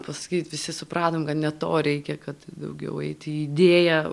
pasakyt visi supratom kad ne to reikia kad daugiau eiti į idėją